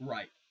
Right